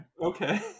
Okay